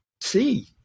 see